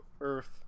Earth